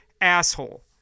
asshole